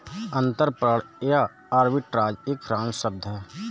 अंतरपणन या आर्बिट्राज एक फ्रेंच शब्द है